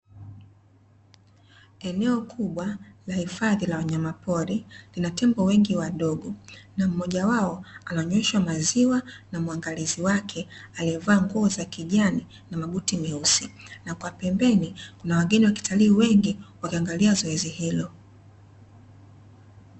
Eneo kubwa la hifadhi la wanyamapori, lina tembo wengi wadogo, na mmoja wao ananyweshwa maziwa na muangalizi wake, aliyevaa nguo za kijani na mabuti meusi. Na kwa pembeni kuna wageni wa kitalii wengi, wakiangalia zoezi hilo.